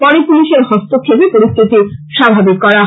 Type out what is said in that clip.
পরে পুলিশের হস্তক্ষেপে পরিস্থিতি স্বাভাবিক করা হয়েছে